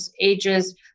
ages